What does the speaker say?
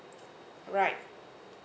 right